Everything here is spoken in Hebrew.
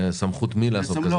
בסמכות מי לעשות את זה?